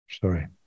sorry